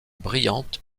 brillante